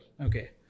okay